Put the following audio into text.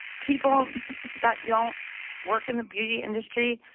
people that don't work in the beauty industry,